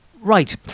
right